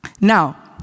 Now